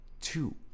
two